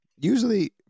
Usually